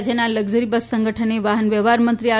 રાજ્યના luxury bus સંગઠને વાહન વ્યવહાર મંત્રી આર